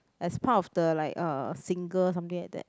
as part of the like uh singer something like that